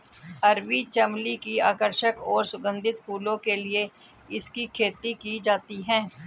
अरबी चमली की आकर्षक और सुगंधित फूलों के लिए इसकी खेती की जाती है